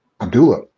Abdullah